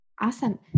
Awesome